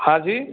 हाँ जी